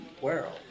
world